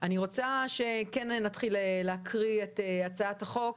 אני רוצה שנתחיל לקרוא את הצעת החוק,